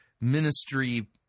ministry